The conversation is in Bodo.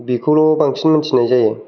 बेखौल' बांसिन मोनथिनाय जायो